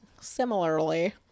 similarly